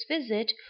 visit